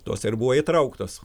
tos ir buvo įtrauktos